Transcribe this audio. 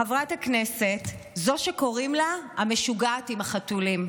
חברת הכנסת, זו שקוראים לה "המשוגעת עם החתולים".